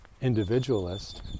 individualist